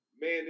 man